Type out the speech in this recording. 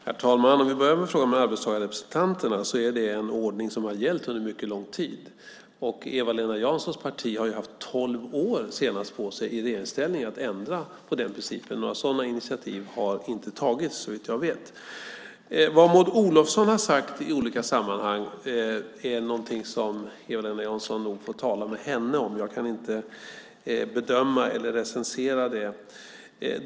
Herr talman! Jag ska börja med frågan om arbetstagarrepresentanterna. Det är en ordning som har gällt under mycket lång tid. Eva-Lena Janssons parti har haft tolv år på sig i regeringsställning nu senast att ändra på den principen. Några sådana initiativ har, såvitt jag vet, inte tagits. Vad Maud Olofsson har sagt i olika sammanhang är någonting som Eva-Lena Jansson nog får tala med henne om. Jag kan inte bedöma eller recensera det.